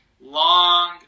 long